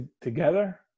together